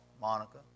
Monica